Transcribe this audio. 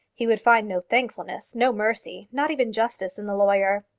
he would find no thankfulness, no mercy, not even justice in the lawyer.